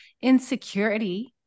insecurity